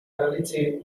tradici